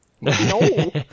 no